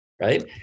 right